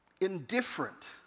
indifferent